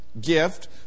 gift